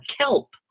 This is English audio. kelp